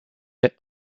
est